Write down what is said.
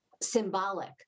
symbolic